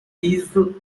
isle